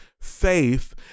faith